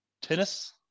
tennis